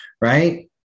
right